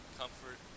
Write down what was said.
comfort